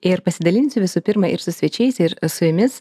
ir pasidalinsiu visų pirma ir su svečiais ir su jumis